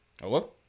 Hello